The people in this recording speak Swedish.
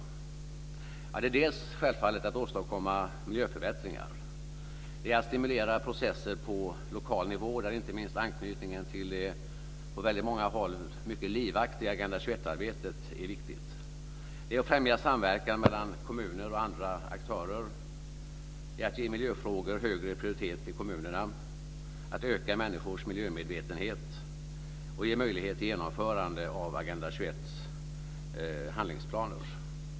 Till att börja med är det självfallet att åstadkomma miljöförbättringar. Det är att stimulera processer på lokal nivå, där inte minst anknytningen till det på väldigt många håll mycket livaktiga Agenda 21-arbetet är viktigt. Det är att främja samverkan mellan kommuner och andra aktörer. Det är att ge miljöfrågor högre prioritet i kommunerna, att öka människors miljömedvetenhet och att ge möjlighet till genomförande av Agenda 21:s handlingsplaner.